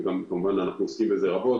ואנחנו כמובן עוסקים בזה רבות,